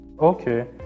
Okay